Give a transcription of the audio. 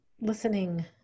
listening